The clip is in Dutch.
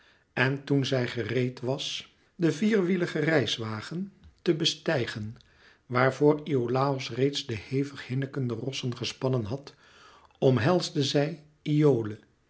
en toen zij gereed was den vierwieligen reiswagen te bestijgen waarvoor iolàos reeds de hevig hinnikende rossen gespannen had omhelsde zij iole